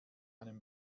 einem